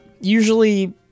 usually